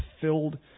filled